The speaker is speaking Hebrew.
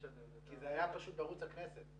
בהתחלה אפשר אולי להסביר את זה בלחץ הגדול של ההתחלה